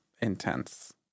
intense